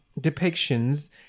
depictions